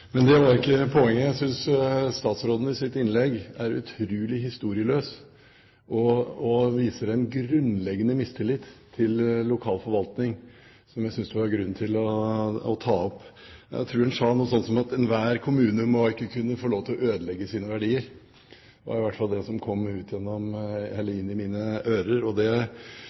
Men det var ikke poenget. Jeg synes statsråden i sitt innlegg er utrolig historieløs og viser en grunnleggende mistillit til lokal forvaltning som jeg synes det er grunn til å ta opp. Jeg tror han sa noe sånn som at enhver kommune må ikke kunne få lov til å ødelegge sine verdier. Det var i hvert fall det som kom inn i mine ører.